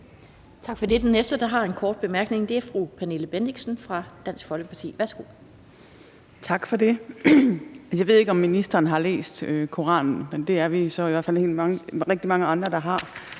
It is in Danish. Tak for det. Den næste, der har en kort bemærkning, er fru Pernille Bendixen fra Dansk Folkeparti. Værsgo. Kl. 12:35 Pernille Bendixen (DF): Tak for det. Jeg ved ikke, om ministeren har læst Koranen, men det er vi i hvert fald rigtig mange andre der har.